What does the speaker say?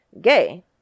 gay